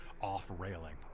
off-railing